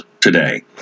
today